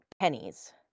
pennies